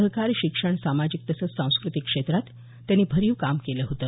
सहकार शिक्षण सामाजिक तसंच सांस्कृतिक क्षेत्रात त्यांनी भरीव काम केलं होतं